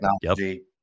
technology